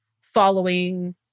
following